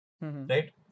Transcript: Right